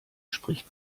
spricht